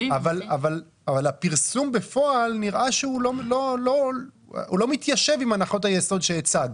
אבל הפרסום בפועל לא מתיישב עם הנחות היסוד שהצגת.